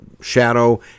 shadow